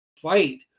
fight